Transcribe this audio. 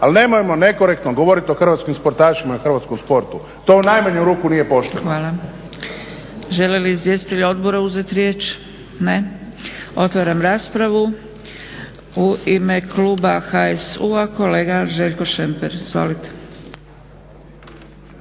ali nemojmo nekorektno govoriti o hrvatskim sportašima i hrvatskom sportu, to u najmanju ruku nije pošteno. **Zgrebec, Dragica (SDP)** Hvala. Žele li izvjestitelji odbora uzeti riječ? Ne. Otvaram raspravu. U ime kluba HSU-a, kolega Željko Šemper. Izvolite.